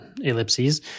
ellipses